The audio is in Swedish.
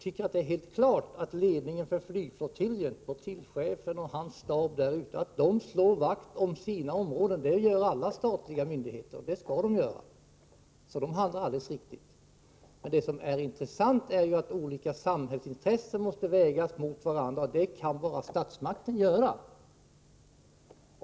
Det är helt klart att ledningen för flygflottiljen, flottiljchefen och hans stab där ute, slår vakt om sina områden — det gör alla statliga myndigheter, och det skall de göra. Det som är intressant är att olika samhällsintressen måste vägas mot varandra, och det kan bara statsmakten göra.